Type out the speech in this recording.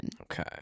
Okay